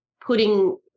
putting